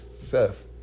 Seth